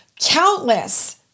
countless